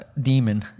demon